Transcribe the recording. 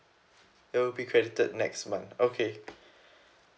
it will be credited next month okay